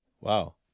Wow